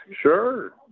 Sure